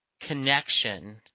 connection